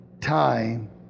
Time